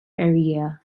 area